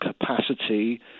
capacity